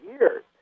years